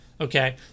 okay